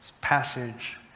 passage